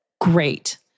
great